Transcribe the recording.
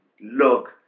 look